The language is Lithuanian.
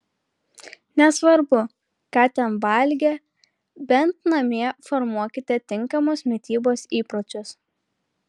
nesvarbu ką ten valgė bent namie formuokite tinkamos mitybos įpročius